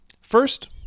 First